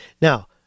now